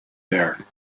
there